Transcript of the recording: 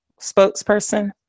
spokesperson